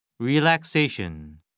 Relaxation